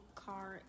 car